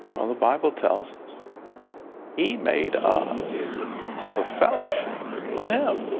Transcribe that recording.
the bible tells us he made us for fellowship with him.